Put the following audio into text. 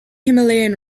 himalayan